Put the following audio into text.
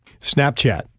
Snapchat